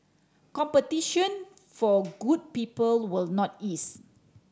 competition for good people will not ease